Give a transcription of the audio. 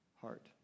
heart